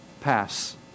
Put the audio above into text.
pass